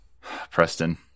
Preston